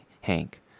Hank